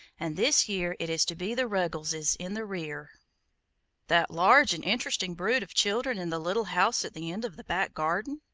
and this year it is to be the ruggleses in the rear that large and interesting brood of children in the little house at the end of the back garden?